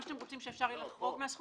מה שאתם רוצים זה שאפשר יהיה לחרוג מהסכום.